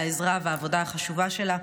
על העזרה ועל העבודה החשובה שלה,